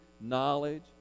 knowledge